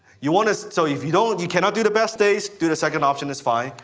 you wanna, so if you don't, you cannot do the best days, do the second option, it's fine.